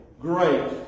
great